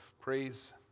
Praise